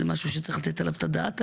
זה משהו שצריך לתת עליו את הדעת.